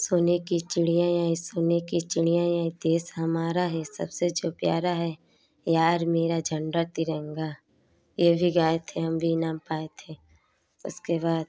सोने की चिड़िया यह सोने की चिड़िया यह देश हमारा है सबसे जो प्यारा है यार मेरा झंडा तिरंगा यह भी गाए हम भी इनाम पाए थे उसके बाद